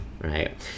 right